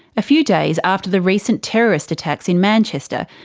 a few days after the recent terrorist attacks in manchester,